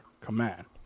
command